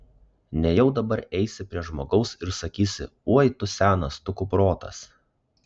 nejau dabar eisi prie žmogaus ir sakysi oi tu senas tu kuprotas